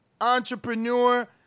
entrepreneur